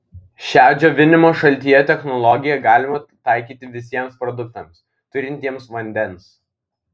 šią džiovinimo šaltyje technologiją galima taikyti visiems produktams turintiems vandens